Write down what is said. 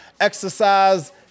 exercise